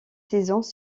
saisons